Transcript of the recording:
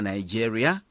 Nigeria